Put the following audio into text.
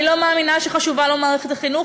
אני לא מאמינה שחשובה לו מערכת החינוך,